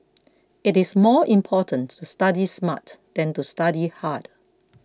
it is more important to study smart than to study hard